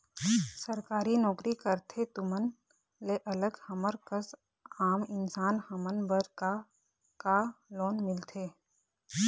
सरकारी नोकरी करथे तुमन ले अलग हमर कस आम इंसान हमन बर का का लोन मिलथे?